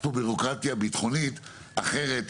יש פה ביורוקרטיה ביטחונית אחרת.